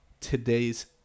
today's